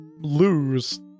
lose